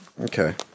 Okay